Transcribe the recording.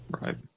Right